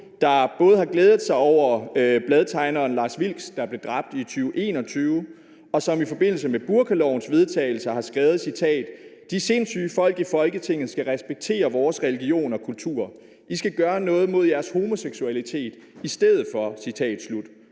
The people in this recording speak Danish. der både har glædet sig over, at bladtegneren Lars Vilks blev dræbt i 2021, og som i forbindelse med burkalovens vedtagelse har skrevet, og jeg citerer: De sindssyge folk i Folketinget skal respektere vores religion og kultur. I skal gøre noget mod jeres homoseksualitet i stedet for. Han